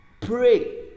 pray